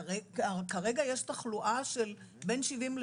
כרגע יש תחלואה של בין 70%